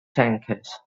tankers